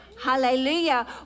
Hallelujah